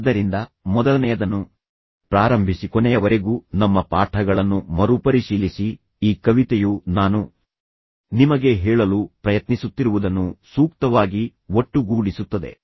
ಆದ್ದರಿಂದ ಮೊದಲನೆಯದನ್ನು ಪ್ರಾರಂಭಿಸಿ ಕೊನೆಯವರೆಗೂ ನಮ್ಮ ಪಾಠಗಳನ್ನು ಮರುಪರಿಶೀಲಿಸಿ ಈ ಕವಿತೆಯು ನಾನು ನಿಮಗೆ ಹೇಳಲು ಪ್ರಯತ್ನಿಸುತ್ತಿರುವುದನ್ನು ಸೂಕ್ತವಾಗಿ ಒಟ್ಟುಗೂಡಿಸುತ್ತದೆ